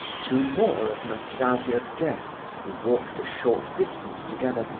two more of nastasia's guests, who walked a short distance together,